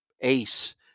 ace